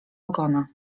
ogona